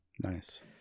Nice